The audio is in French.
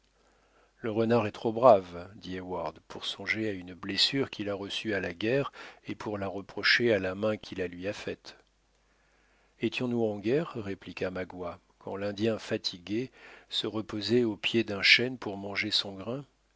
le renard est trop brave dit heyward pour songer à une blessure qu'il a reçue à la guerre et pour la reprocher à la main qui la lui a faite étions-nous en guerre répliqua magua quand l'indien fatigué se reposait au pied d'un chêne pour manger son grain